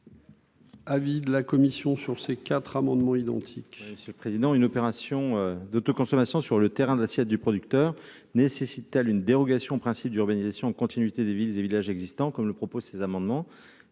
Avis de la commission sur ces quatre amendements identiques. Monsieur le président, une opération de de consommation sur le terrain d'assiette du producteur nécessite-t-elle une dérogation au principe d'urbanisation continuité des villes et villages existants, comme le proposent ces amendements,